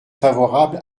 favorable